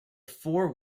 four